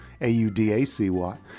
A-U-D-A-C-Y